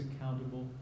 accountable